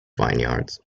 vineyards